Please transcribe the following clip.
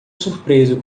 surpreso